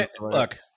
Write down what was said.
Look